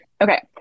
okay